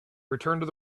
returned